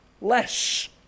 less